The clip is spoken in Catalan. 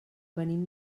venim